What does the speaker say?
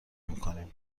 میکنیم